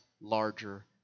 larger